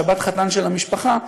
שבת חתן של המשפחה,